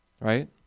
Right